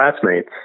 classmates